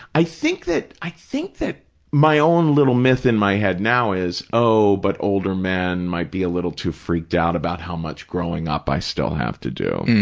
i think that, i think that my own little myth in my head now is, oh, but older men might be a little too freaked out about how much growing up i still have to do.